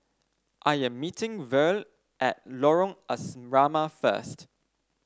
I am meeting Verl at Lorong Asrama first